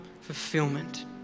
fulfillment